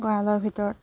গঁৰালৰ ভিতৰত